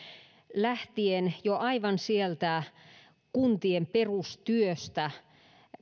lähtien jo aivan sieltä kuntien perustyöstä